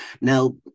Now